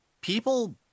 people